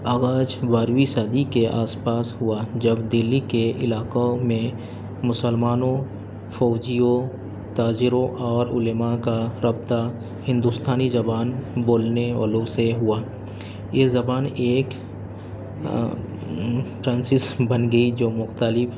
آغاز بارہویں صدی کے آس پاس ہوا جب دلی کے علاقوں میں مسلمانوں فوجیوں تاجروں اور علماء کا رابطہ ہندوستانی زبان بولنے والوں سے ہوا یہ زبان ایک فرانسس بن گئی جو مختلف